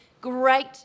great